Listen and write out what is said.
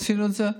עשינו את זה,